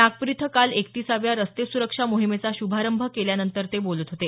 नागपूर इथं काल एकतिसाव्या रस्ते सुरक्षा मोहिमेचा शुभारंभ केल्यानंतर ते बोलत होते